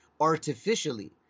artificially